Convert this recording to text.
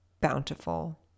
bountiful